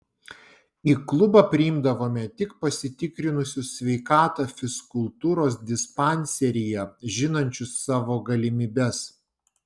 į klubą priimdavome tik pasitikrinusius sveikatą fizkultūros dispanseryje žinančius savo galimybes